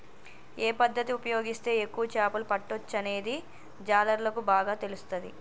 ఏ పద్దతి ఉపయోగిస్తే ఎక్కువ చేపలు పట్టొచ్చనేది జాలర్లకు బాగా తెలుస్తది